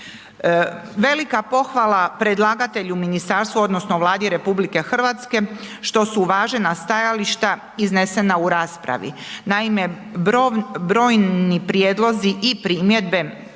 Velika pohvala predlagatelju ministarstva odnosno Vladi RH što su uvažena stajališta iznesena u raspravi. Naime, brojni prijedlozi i primjedbe